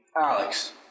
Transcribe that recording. Alex